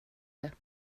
det